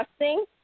testing